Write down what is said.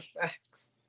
Facts